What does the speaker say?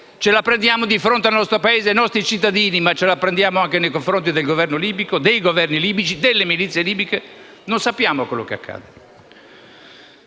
ce la prendiamo di fronte al nostro Paese e ai nostri cittadini, ma anche nei confronti del Governo libico, dei Governi libici, delle milizie libiche. Non sappiamo quello che accade.